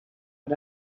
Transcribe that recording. had